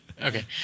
Okay